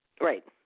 Right